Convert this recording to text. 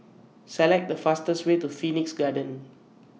Select The fastest Way to Phoenix Garden